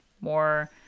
more